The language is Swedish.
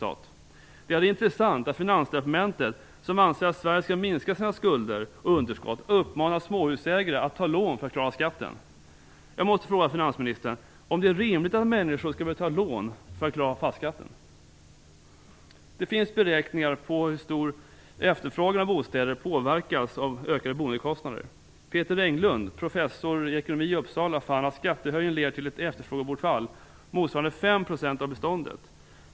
Det är intressant att Finansdepartementet som anser att Sverige skall minska sina skulder och underskott uppmanar småhusägare att ta lån för att klara av skatten. Jag måste fråga finansministern om det är rimligt att människor skall behöva ta lån för att klara fastighetsskatten? Det finns beräkningar på hur efterfrågan av bostäder påverkas av ökade boendekostnader. Peter Englund, professor i ekonomi i Uppsala, fann att skattehöjningen leder till ett efterfrågebortfall motsvarande 5 % av beståndet.